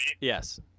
Yes